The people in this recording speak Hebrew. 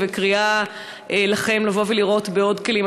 וקריאה לכם לבוא ולראות בעוד כלים.